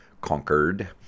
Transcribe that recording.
conquered